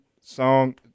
song